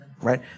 right